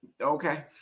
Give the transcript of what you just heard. okay